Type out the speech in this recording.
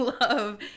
love